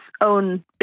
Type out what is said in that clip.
own